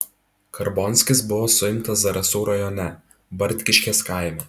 karbonskis buvo suimtas zarasų rajone bartkiškės kaime